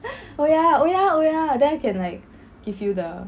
oh ya oh ya oh ya then can like give you the